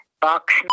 Box